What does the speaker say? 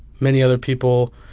many other people,